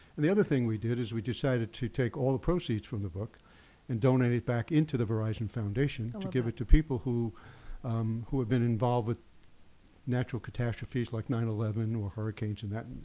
and the other thing we did is we decided to take all the proceeds from the book and donate it back into the verizon foundation to give it to people who who have been involved with natural catastrophes like nine eleven, or hurricanes, and that